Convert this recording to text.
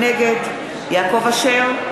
נגד יעקב אשר,